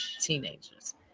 teenagers